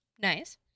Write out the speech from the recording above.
Nice